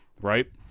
right